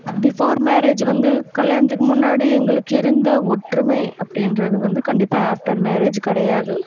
before marriage வந்து கல்யாணத்துக்கு முன்னாடி எங்களுக்கு இருந்த ஒற்றுமை அப்படின்றது வந்து கண்டிப்பாக ஆஃப்டர் மேரேஜ் கிடையாது